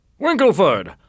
Winkleford